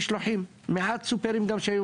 אבל יש לי פתרון לאון ליין.